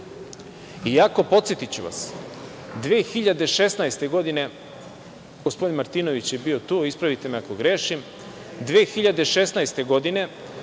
iako, podsetiću vas, 2016. godine, gospodin Martinović je bio tu, ispravite me ako grešim, 2016. godine